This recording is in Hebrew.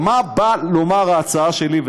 מה באה ההצעה שלי לומר?